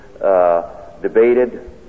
Debated